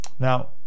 Now